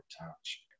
touch